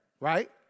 right